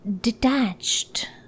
detached